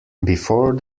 before